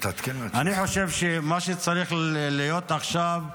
אני חושב שמה שצריך להיות עכשיו,